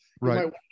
right